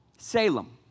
Salem